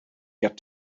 get